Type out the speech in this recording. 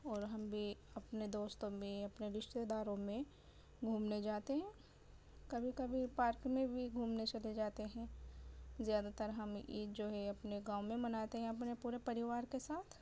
اور ہم بھی اپنے دوستوں میں اپنے رشتہ داروں میں گھومنے جاتے ہیں کبھی کبھی پارک میں بھی گھومنے چلے جاتے ہیں زیادہ تر ہم عید جو ہے اپنے گاؤں میں مناتے ہیں اپنے پورے پریوار کے ساتھ